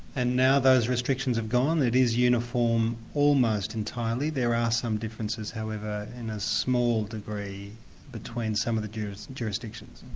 and now those restrictions have gone it is uniform almost entirely. there are some differences however in a small degree between some of the jurisdictions.